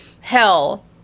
hell